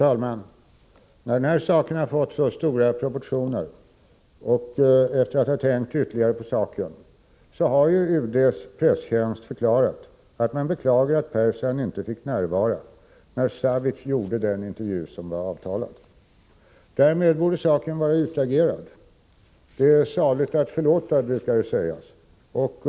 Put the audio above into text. Fru talman! När saken fått så stora proportioner och efter att ha tänkt ytterligare på detta, har UD:s presstjänst förklarat att man beklagar att Percan inte fick närvara när Savic gjorde den intervju som var avtalad. Därmed borde saken vara utagerad. Det är saligt att förlåta, brukar det sägas.